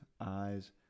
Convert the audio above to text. eyes